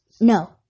No